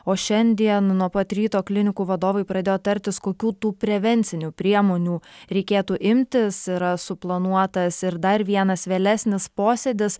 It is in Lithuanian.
o šiandien nuo pat ryto klinikų vadovai pradėjo tartis kokių tų prevencinių priemonių reikėtų imtis yra suplanuotas ir dar vienas vėlesnis posėdis